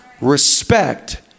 respect